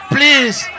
Please